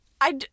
I-